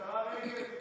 השרה רגב,